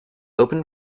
open